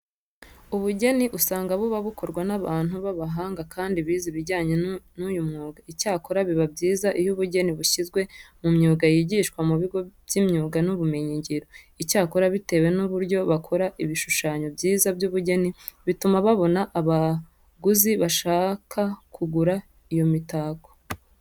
Ubugeni usanga buba bukorwa n'abantu b'abahanga kandi bize ibijyanye n'uyu mwuga. Icyakora biba byiza iyo ubugeni bushyizwe mu myuga yigishwa mu bigo by'imyuga n'ubumenyingiro. Icyakora bitewe n'uburyo bakora ibishushanyo byiza by'ubugeni bituma babona abaguzi bashaka kugura iyo mitako.